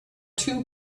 two